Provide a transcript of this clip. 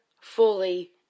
fully